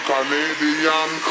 Canadian